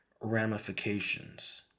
ramifications